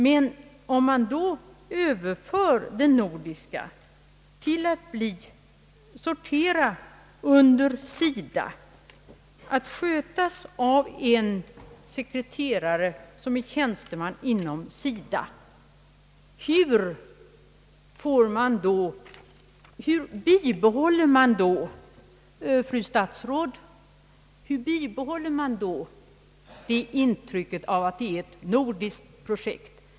Men om man då överför det nordiska samarbetet till att sortera under SIDA, att skötas av en sekreterare som är tjänsteman inom SIDA, hur bibehåller man då, fru statsråd, intrycket av att det är ett nordiskt projekt?